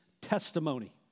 testimony